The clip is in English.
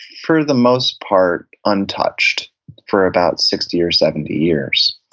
for the most part, untouched for about sixty or seventy years.